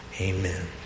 Amen